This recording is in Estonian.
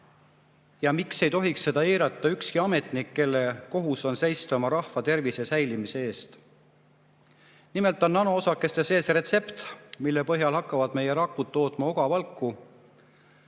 ja miks ei tohiks seda eirata ükski ametnik, kelle kohus on seista oma rahva tervise säilimise eest? Nimelt on nanoosakeste sees retseptor, mille põhjal hakkavad meie rakud tootma ogavalku.